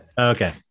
Okay